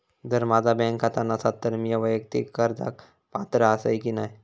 जर माझा बँक खाता नसात तर मीया वैयक्तिक कर्जाक पात्र आसय की नाय?